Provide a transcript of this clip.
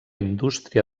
indústria